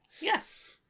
Yes